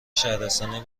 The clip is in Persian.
شهرستانی